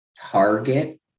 target